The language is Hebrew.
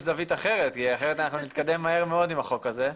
זווית אחרת כי אנחנו נתקדם מהר מאוד עם החוק הזה,